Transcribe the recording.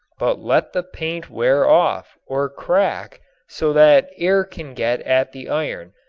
but let the paint wear off or crack so that air can get at the iron,